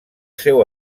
seu